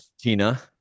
Tina